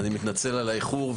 אני מתנצל על האיחור.